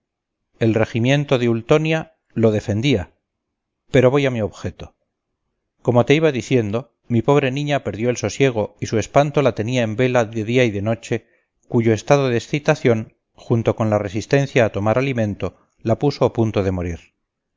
el regimiento de ultonia lo defendía pero voy a mi objeto como te iba diciendo mi pobre niña perdió el sosiego y su espanto la tenía en vela de día y de noche cuyo estado de excitación junto con la resistencia a tomar alimento la puso a punto de morir